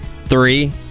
Three